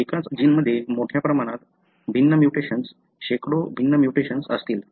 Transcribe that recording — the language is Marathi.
एकाच जीनमध्ये मोठ्या प्रमाणात भिन्न म्युटेशन्स शेकडो भिन्न म्युटेशन्स असतील